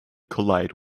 collide